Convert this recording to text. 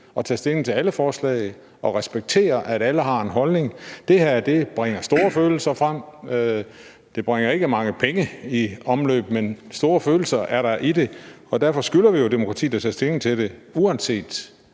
at tage stilling til alle forslag og respektere, at alle har en holdning. Det her bringer store følelser frem. Det bringer ikke mange penge i omløb, men store følelser er der i det, og derfor skylder vi jo demokratiet at tage stilling til det, uanset